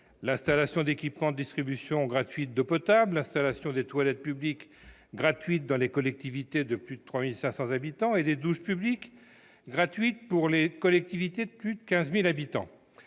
l'installation d'équipements de distribution gratuite d'eau potable, l'installation des toilettes publiques gratuites dans les collectivités de plus de 3 500 habitants et des douches publiques gratuites pour les collectivités de plus de 15 000 habitants.